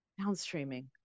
downstreaming